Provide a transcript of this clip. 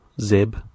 Zeb